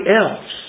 else